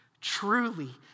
Truly